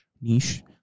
niche